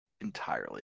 entirely